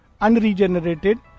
unregenerated